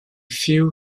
few